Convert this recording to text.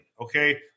okay